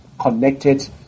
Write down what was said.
connected